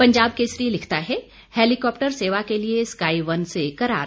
पंजाब केसरी के मुताबिक हेलीकॉप्टर सेवा के लिये स्काई वन से करार